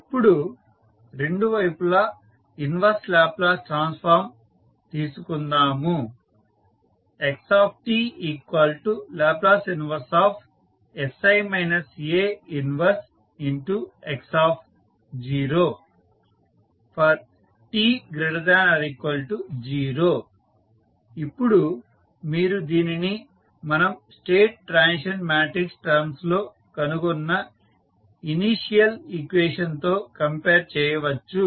ఇప్పుడు రెండు వైపులా ఇన్వర్స్ లాప్లాస్ ట్రాన్స్ఫార్మ్ తీసుకుందాము xtL 1sI A 1x0t≥0 ఇప్పుడు మీరు దీనిని మనం స్టేట్ ట్రాన్సిషన్ మాట్రిక్స్ టర్మ్స్ లో కనుగొన్న ఇనీషియల్ ఈక్వేషన్ తో కంపేర్ చేయవచ్చు